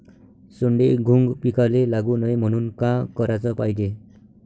सोंडे, घुंग पिकाले लागू नये म्हनून का कराच पायजे?